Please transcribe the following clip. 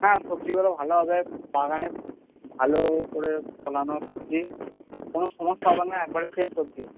হ্যাঁ সবজিগুলো ভালো হবে বাগানে ভালো করে ফলানো সবজি কোনও সমস্যা হবে না একেবারে ফ্রেস সবজি